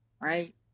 Right